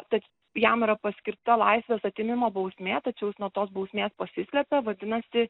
tad jam yra paskirta laisvės atėmimo bausmė tačiau jis nuo tos bausmės pasislėpė vadinasi